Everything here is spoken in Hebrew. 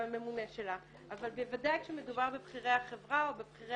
אבל בוודאי כשמדובר בבכירי החברה או בבכירי